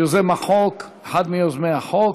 אחד מיוזמי החוק.